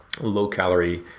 low-calorie